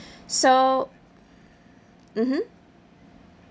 so mmhmm